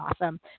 awesome